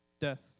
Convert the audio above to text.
Death